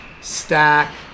Stack